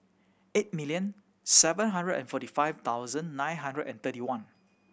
eight million seven hundred and forty five thousand nine hundred and thirty one